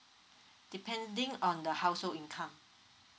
depending on the household income